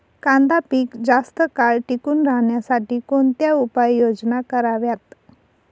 कांदा पीक जास्त काळ टिकून राहण्यासाठी कोणत्या उपाययोजना कराव्यात?